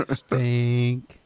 stink